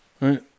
Right